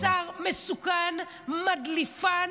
השר מסוכן, מדליפן,